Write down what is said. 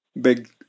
big